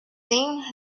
thing